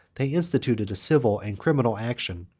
they instituted a civil and criminal action,